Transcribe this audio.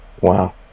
Wow